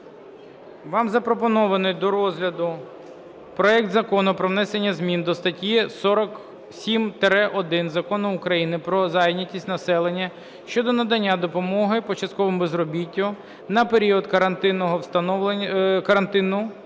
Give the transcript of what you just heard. Вам запропонований до розгляду проект Закону про внесення змін до статті 47-1 Закону України "Про зайнятість населення" щодо надання допомоги по частковому безробіттю на період карантину, встановленого Кабінетом